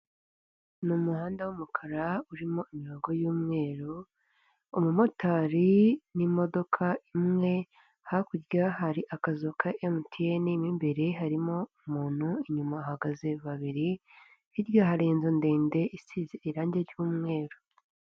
Ni umuhanda w'umukara urimo imirongo y'umweru, umumotari n'imodoka imwe, hakurya hari akazu ka emutiyene mo imbere harimo umuntu inyuma hagaze babiri hirya hari inzu ndende isize irangi ry'umweru.